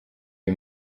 ari